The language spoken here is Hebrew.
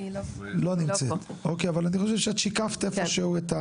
נעים מאוד, קוראים לי